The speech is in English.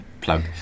Plug